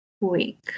week